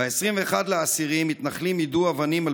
ב-21 באוקטובר מתנחלים יידו אבנים על